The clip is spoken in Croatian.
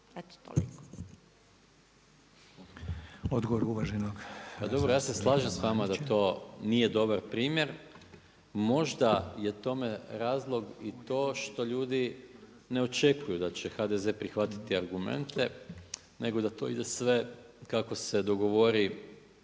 Gordan (SDP)** Pa dobro, ja se slažem s vama da to nije dobar primjer, možda je tome razlog i to što ljudi ne očekuju da će HDZ prihvatiti argumente, nego da to ide sve kako se dogovori